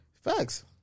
Facts